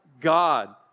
God